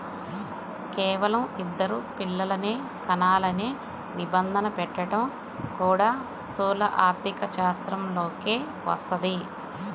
కేవలం ఇద్దరు పిల్లలనే కనాలనే నిబంధన పెట్టడం కూడా స్థూల ఆర్థికశాస్త్రంలోకే వస్తది